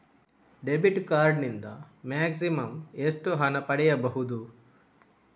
Debit card ನಿಂದ maximum ಎಷ್ಟು ಹಣ ಪಡೆಯಬಹುದು?